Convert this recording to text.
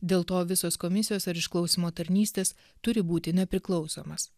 dėl to visos komisijos ar išklausymo tarnystės turi būti nepriklausomas